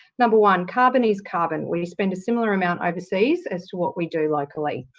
number one. carbon is carbon when you spend a similar amount overseas as to what we do locally.